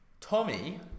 Tommy